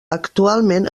actualment